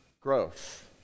Growth